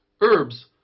herbs